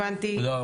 הבנתי.